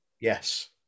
Yes